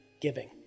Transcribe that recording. giving